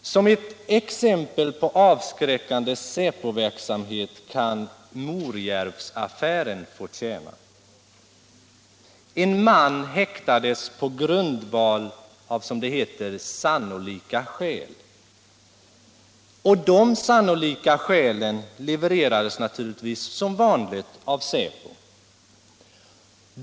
Som ett exempel på avskräckande säpoverksamhet kan Morjärvsaffären få tjäna. En man häktades på grundval av, som det heter, sannolika skäl. De sannolika skälen levererades naturligtvis som vanligt av säpo.